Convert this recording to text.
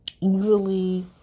easily